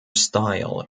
style